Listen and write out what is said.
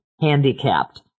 handicapped